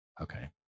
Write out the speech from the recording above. Okay